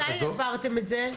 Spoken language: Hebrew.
מתי העברתם את זה?